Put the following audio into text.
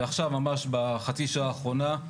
ועכשיו ממש בחצי השעה האחרונה,